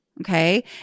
Okay